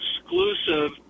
exclusive